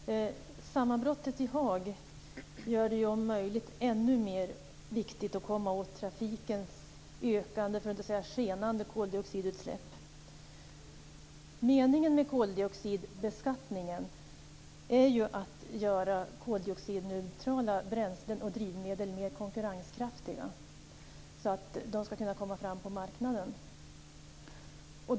Fru talman! Sammanbrottet i Haag gör det om möjligt ännu mer viktigt att komma åt trafikens ökande, för att inte säga skenande, koldioxidutsläpp. Meningen med koldioxidbeskattningen är ju att göra koldioxidneutrala bränslen och drivmedel mer konkurrenskraftiga, så att de ska kunna komma fram på marknaden.